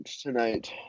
tonight